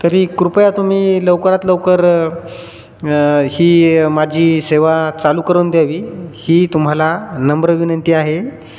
तरी कृपया तुम्ही लवकरात लवकर ही माझी सेवा चालू करून द्यावी ही तुम्हाला नम्र विनंती आहे